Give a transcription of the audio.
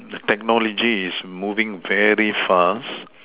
technology is moving very fast